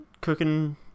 cooking